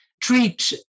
treat